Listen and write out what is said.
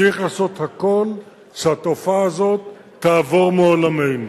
צריך לעשות הכול שהתופעה הזאת תעבור מעולמנו.